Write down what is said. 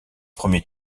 premier